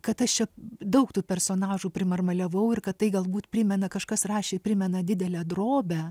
kad aš čia daug tų personažų primarmaliavau ir kad tai galbūt primena kažkas rašė primena didelę drobę